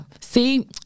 see